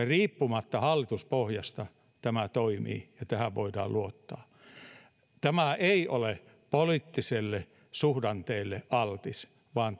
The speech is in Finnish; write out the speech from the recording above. riippumatta hallituspohjasta tämä lakikokonaisuus toimii ja tähän voidaan luottaa tämä ei ole poliittisille suhdanteille altis vaan